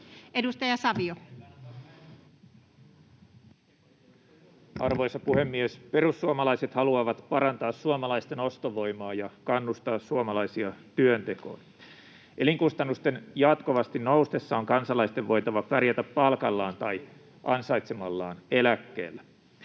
Content: Arvoisa puhemies! Perussuomalaiset haluavat parantaa suomalaisten ostovoimaa ja kannustaa suomalaisia työntekoon. Elinkustannusten jatkuvasti noustessa on kansalaisten voitava pärjätä palkallaan tai ansaitsemallaan eläkkeellä.